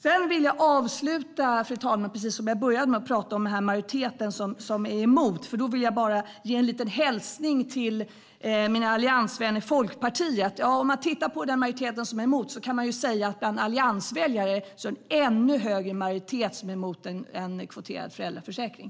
Jag vill, fru talman, avsluta precis som jag började genom att prata om den här majoriteten, som är emot, och ge en liten hälsning till mina alliansvänner i Folkpartiet. Om man tittar på den majoritet som är emot kan man säga att det bland alliansväljare är en ännu större majoritet som är emot en kvoterad föräldraförsäkring.